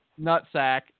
nutsack